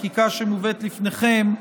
בחקיקה שמובאת לפניכם,